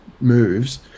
moves